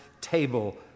table